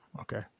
okay